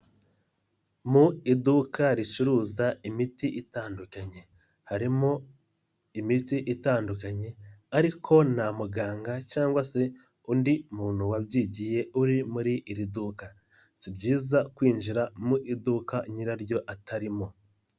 Mu iduka ricuruza imiti itandukanye. Harimo imiti itandukanye ariko nta muganga cyangwa se undi muntu wabyigiye uri muri iri duka. Si byiza kwinjira mu iduka nyiraryo atarimo.